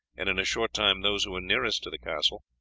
and in a short time those who were nearest to the castle,